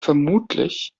vermutlich